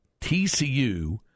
TCU